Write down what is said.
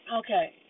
okay